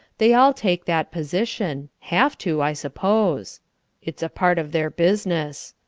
they all take that position have to, i suppose it's a part of their business.